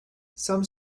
some